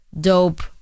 dope